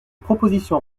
propositions